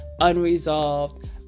unresolved